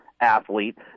athlete